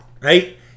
right